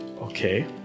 Okay